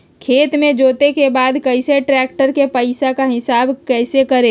खेत जोते के बाद कैसे ट्रैक्टर के पैसा का हिसाब कैसे करें?